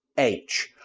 h.